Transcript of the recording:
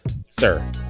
sir